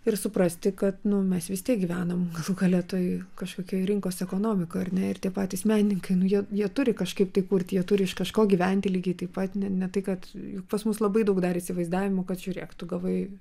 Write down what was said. ir suprasti kad nu mes vis tiek gyvenam galų gale toj kažkokioj rinkos ekonomikoj ar ne ir tie patys menininkai nu jie jie turi kažkaip tai kurti jie turi iš kažko gyventi lygiai taip pat ne ne tai kad juk pas mus labai daug dar įsivaizdavimo kad žiūrėk tu gavai